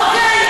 אוקיי.